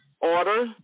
order